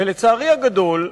ולצערי הגדול,